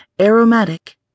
aromatic